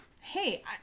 Hey